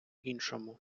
іншому